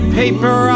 paper